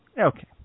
Okay